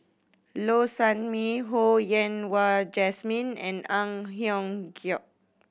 Low Sanmay Ho Yen Wah Jesmine and Ang Hiong Giok